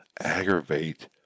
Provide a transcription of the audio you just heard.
aggravate